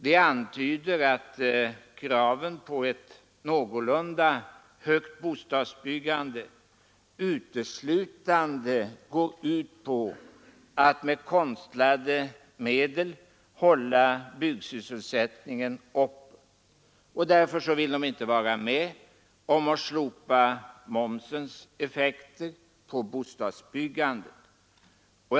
De antyder att kraven på ett någorlunda högt bostadsbyggande uteslutande går ut på att med konstlade medel hålla byggsysselsättningen uppe. Därför vill de inte vara med om att mildra momsens effekter på bostadsbyggandet.